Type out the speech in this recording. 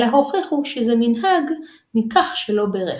אלא הוכיחו שזה מנהג מכך שלא בירך.